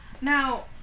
Now